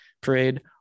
parade